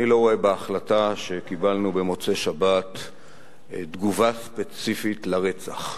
אני לא רואה בהחלטה שקיבלנו במוצאי-שבת תגובה ספציפית על הרצח,